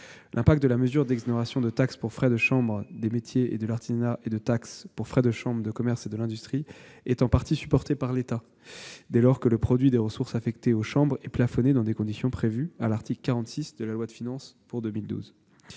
L'impact de la mesure d'exonération de taxe pour frais de chambres de métiers et de l'artisanat et de taxe pour frais de chambres de commerce et de l'industrie est en partie supporté par l'État, dès lors que le produit des ressources affectées aux chambres est plafonné dans les conditions prévues à l'article 46 de la loi de finances pour 2012.